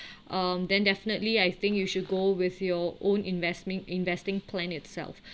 um then definitely I think you should go with your own investment investing plan itself